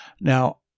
Now